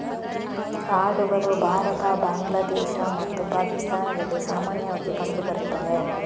ಆಡುಗಳು ಭಾರತ, ಬಾಂಗ್ಲಾದೇಶ ಮತ್ತು ಪಾಕಿಸ್ತಾನದಲ್ಲಿ ಸಾಮಾನ್ಯವಾಗಿ ಕಂಡು ಬರ್ತವೆ